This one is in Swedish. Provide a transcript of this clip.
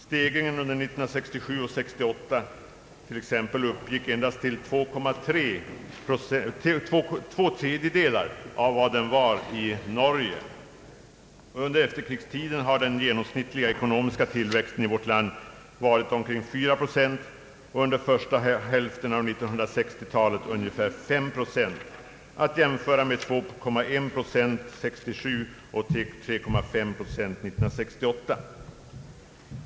Stegringen under 1967 och 1968 uppgick t.ex. till endast två tredjedelar av vad den var i Norge. Under efterkrigstiden har den genomsnittliga ekonomiska tillväxttakten i vårt land varit omkring 4 procent och under första hälften av 1960-talet ungefär 5 procent — att jämföra med 2,1 procent 1967 och 3,5 procent 1968.